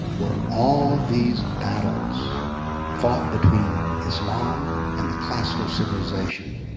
were all these battles fought between islam and the classical civilization.